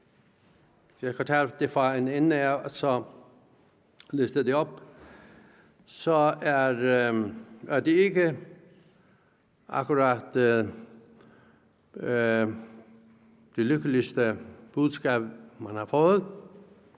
jeg tager det fra en ende af og lister det op, er det ikke lige akkurat det lykkeligste budskab, man har fået,